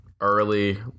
early